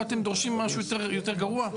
פה אתם דורשים משהו יותר גרוע?